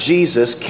Jesus